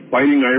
Fighting